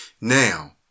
Now